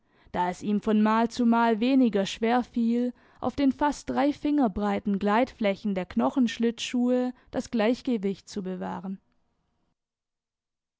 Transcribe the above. da es ihm von mal zu mal weniger schwerfiel auf den fast drei finger breiten gleitflächen der knochenschlittschuhe das gleichgewicht zu bewahren